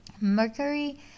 Mercury